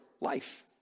life